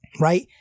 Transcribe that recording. Right